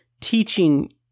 teaching